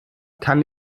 kann